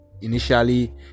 initially